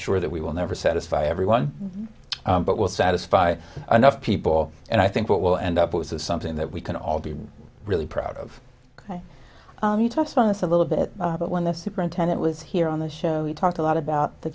sure that we will never satisfy everyone but will satisfy enough people and i think what we'll end up with something that we can all be really proud of he talked this a little bit but when the superintendent was here on the show he talked a lot about the